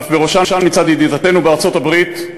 ואף בראשן מצד ידידתנו ארצות-הברית,